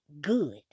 good